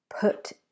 put